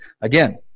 Again